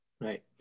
Right